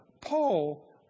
Paul